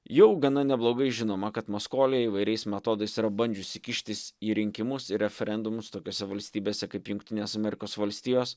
jau gana neblogai žinoma kad maskolija įvairiais metodais yra bandžiusi kištis į rinkimus ir referendumus tokiose valstybėse kaip jungtinės amerikos valstijos